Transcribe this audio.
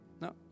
No